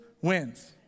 wins